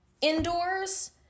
indoors